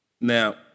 Now